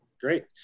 Great